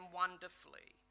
wonderfully